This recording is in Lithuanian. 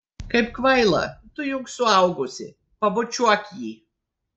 kaip kvaila tu juk suaugusi pabučiuok jį